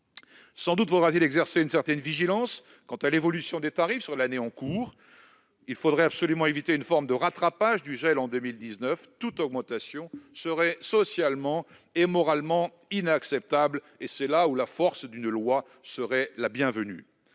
Sans doute faudra-t-il exercer une certaine vigilance quant à l'évolution des tarifs sur l'année en cours. En effet, il faut absolument éviter une forme de rattrapage du gel de 2019. Toute augmentation serait socialement et moralement inacceptable. La force d'une loi serait la bienvenue